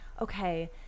okay